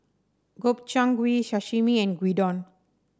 Gobchang Gui Sashimi and Gyudon